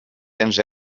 cents